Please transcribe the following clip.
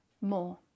more